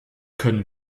können